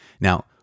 Now